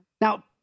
Now